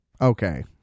Okay